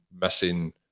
missing